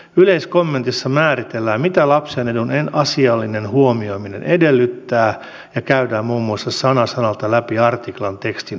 yleiskommentissa määritellään mitä lapsen edun asiallinen huomioiminen edellyttää ja käydään muun muassa sana sanalta läpi artiklan tekstin oikeudellinen merkitys